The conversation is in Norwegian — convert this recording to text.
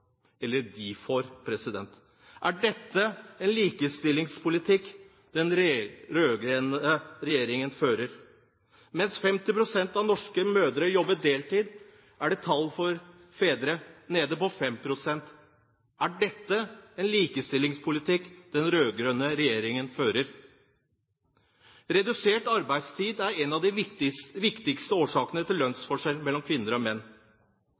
eller de får. Er den politikken den rød-grønne regjeringen fører, en likestillingspolitikk? Mens 50 pst. av norske mødre jobber deltid, er tallet for fedre nede på 5 pst. Er den politikken den rød-grønne regjeringen fører, en likestillingspolitikk? Redusert arbeidstid er en av de viktigste årsakene til lønnsforskjellen mellom kvinner og menn.